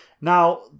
Now